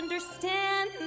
Understand